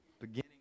beginning